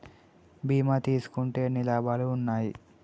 బీమా తీసుకుంటే ఎన్ని లాభాలు ఉన్నాయి?